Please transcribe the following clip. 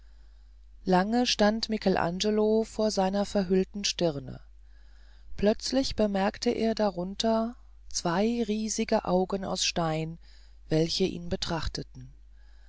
lange stand michelangelo vor seiner verhüllten stirne plötzlich bemerkte er darunter zwei riesige augen aus stein welche ihn betrachteten